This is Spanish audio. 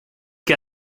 que